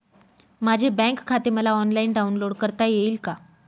माझे बँक खाते मला ऑनलाईन डाउनलोड करता येईल का?